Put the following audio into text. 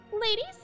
ladies